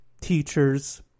teachers